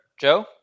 Joe